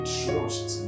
trust